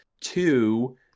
two